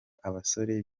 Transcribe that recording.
abasore